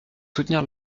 soutenir